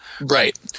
Right